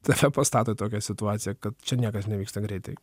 tave pastato į tokią situaciją kad čia niekas nevyksta greitai